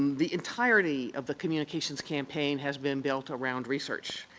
the entirety of the communications campaign has been built around research.